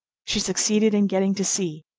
she succeeded in getting to sea,